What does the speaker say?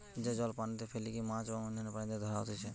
যে জাল পানিতে ফেলিকি মাছ এবং অন্যান্য প্রাণীদের ধরা হতিছে